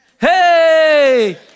Hey